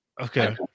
Okay